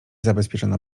zabezpieczona